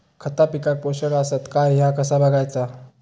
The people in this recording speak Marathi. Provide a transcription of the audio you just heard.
खता पिकाक पोषक आसत काय ह्या कसा बगायचा?